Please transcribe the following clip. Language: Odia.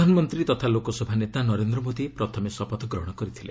ପ୍ରଧାନମନ୍ତ୍ରୀ ତଥା ଲୋକସଭା ନେତା ନରେନ୍ଦ୍ର ମୋଦୀ ପ୍ରଥମେ ଶପଥଗ୍ରହଣ କରିଥିଲେ